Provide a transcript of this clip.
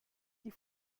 die